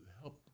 help